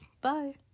bye